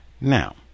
Now